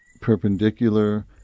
perpendicular